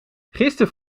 gisteren